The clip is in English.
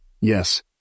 Yes